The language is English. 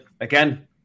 Again